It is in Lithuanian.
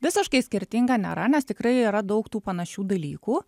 visiškai skirtinga nėra nes tikrai yra daug tų panašių dalykų